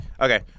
Okay